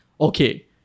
Okay